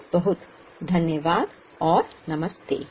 बहुत बहुत धन्यवाद और नमस्ते